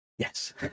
Yes